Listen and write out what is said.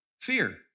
fear